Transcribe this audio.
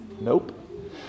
Nope